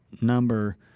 number